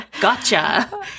Gotcha